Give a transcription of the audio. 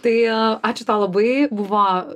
tai ačiū tau labai buvo